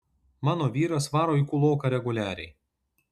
mano vyras varo į kūloką reguliariai